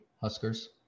Huskers